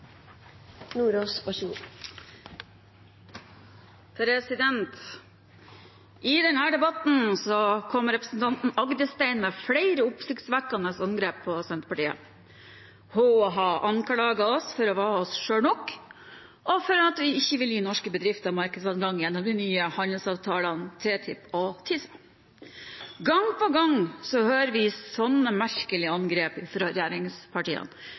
Agdestein med flere oppsiktsvekkende angrep på Senterpartiet. Hun har anklaget oss for å være oss selv nok, og for at vi ikke vil gi norske bedrifter markedsadgang gjennom de nye handelsavtalene TTIP og TISA. Gang på gang hører vi sånne merkelige angrep fra regjeringspartiene.